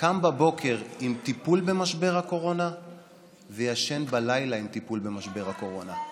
קם בבוקר עם טיפול במשבר הקורונה וישן בלילה עם טיפול במשבר הקורונה.